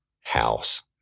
house